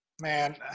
Man